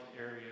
area